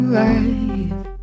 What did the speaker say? life